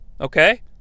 Okay